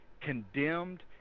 condemned